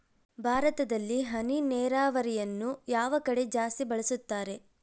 ಭಾರತದಲ್ಲಿ ಹನಿ ನೇರಾವರಿಯನ್ನು ಯಾವ ಕಡೆ ಜಾಸ್ತಿ ಬಳಸುತ್ತಾರೆ?